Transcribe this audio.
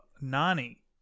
Nani